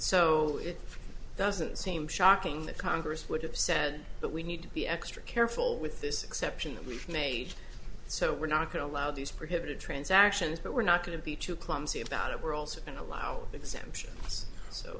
so it doesn't seem shocking that congress would have said that we need to be extra careful with this exception that we've made so we're not going to allow these prohibited transactions but we're not going to be too clumsy about it we're also allow exemption so